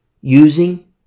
Using